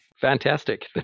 Fantastic